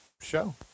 show